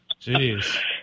Jeez